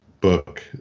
book